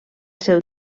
seu